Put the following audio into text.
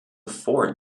afford